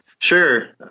Sure